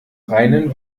reinen